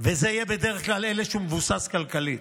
וזה יהיה בדרך כלל זה שמבוסס כלכלית,